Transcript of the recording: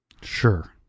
Sure